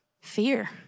fear